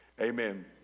Amen